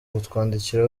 kutwandikira